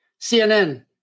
CNN